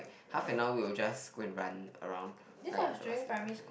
half an hour we''ll just go and run around like